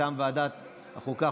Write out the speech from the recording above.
מטעם ועדת החוקה,